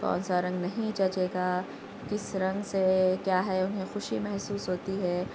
کون سا رنگ نہیں جچے گا کس رنگ سے کیا ہے انہیں خوشی محسوس ہوتی ہے